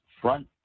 front